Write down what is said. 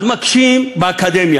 אז מקשים באקדמיה,